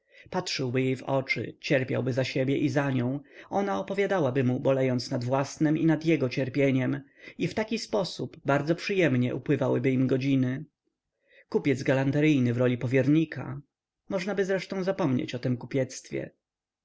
patrzyłby jej w oczy cierpiałby za siebie i za nią ona opowiadałaby mu bolejąc nad własnem i nad jego cierpieniem i w taki sposób bardzo przyjemnie upływałyby im godziny kupiec galanteryjny w roli powiernika możnaby zresztą zapomnieć o tem kupiectwie w